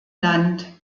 land